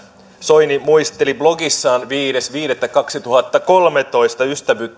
soini muisteli blogissaan viides viidettä kaksituhattakolmetoista